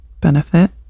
benefit